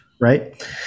right